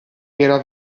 era